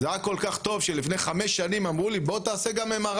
זה היה כל כך טוב שלפני חמש שנים אמרו לי: בוא תעשה גם MRI